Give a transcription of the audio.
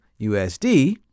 USD